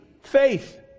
faith